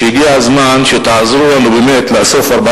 שהגיע הזמן שתעזרו לנו באמת לאסוף 40